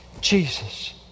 Jesus